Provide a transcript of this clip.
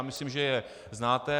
Myslím, že je znáte.